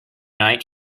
night